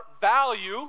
value